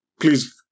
please